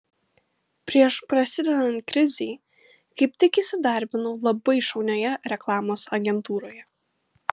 prieš prasidedant krizei kaip tik įsidarbinau labai šaunioje reklamos agentūroje